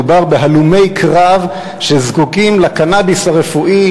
מדובר בהלומי קרב שזקוקים לקנאביס הרפואי,